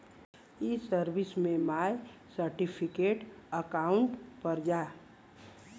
ई सर्विस में my certificate account पर जा